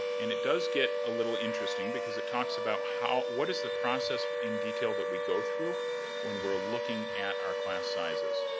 and it does get a little interesting cause it talks about how, what is the process in detail that we go through when we're looking at our class sizes.